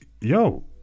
yo